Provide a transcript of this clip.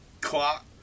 clock